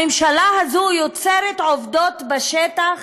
הממשלה הזאת יוצרת עובדות בשטח